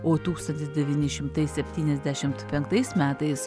o tūkstantis devyni šimtai septyniasdešimt penktais metais